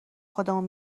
خودمون